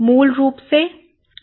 मूल रूप से नहीं